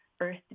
earth